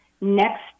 next